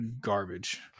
garbage